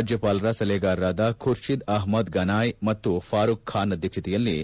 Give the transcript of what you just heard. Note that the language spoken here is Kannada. ರಾಜ್ಮಪಾಲರ ಸಲಹೆಗಾರರಾದ ಖುರ್ಷಿದ್ ಅಪಮದ್ ಗನಾಯ್ ಮತ್ತು ಫಾರೂಖ್ ಖಾನ್ ಅಧ್ಯಕ್ಷತೆಯಲ್ಲಿ